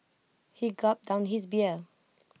he gulped down his beer